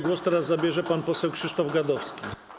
Głos teraz zabierze pan poseł Krzysztof Gadowski.